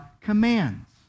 commands